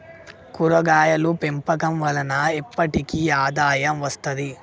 కూరగాయలు పెంపకం వలన ఎప్పటికి ఆదాయం వస్తది